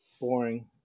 boring